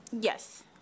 Yes